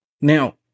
Now